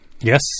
Yes